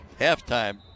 halftime